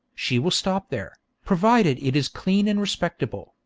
she will stop there, provided it is clean and respectable,